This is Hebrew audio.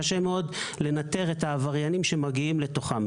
קשה מאוד לנטר את העבריינים שמגיעים לתוכם.